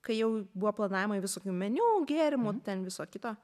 kai jau buvo planavimai visokių meniu gėrimų ten viso kito